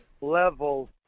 level